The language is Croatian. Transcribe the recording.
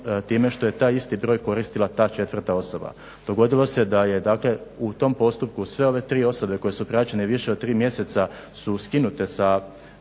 time što je taj isti broj koristila ta četvrta osoba. Dogodilo se da je dakle u tom postupku sve ove tri osobe koje su praćene više od tri mjeseca su skinute sa